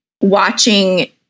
watching